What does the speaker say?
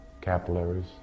capillaries